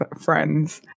friends